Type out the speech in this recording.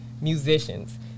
musicians